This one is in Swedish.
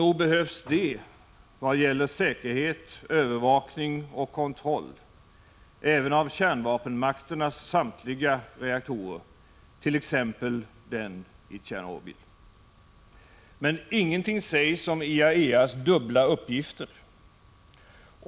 Nog behövs det vad gäller säkerhet, övervakning och kontroll även av kärnvapenmakternas samtliga reaktorer, t.ex. den i Tjernobyl! Men ingenting sägs om IAEA:s dubbla uppgifter.